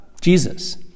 Jesus